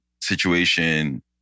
situation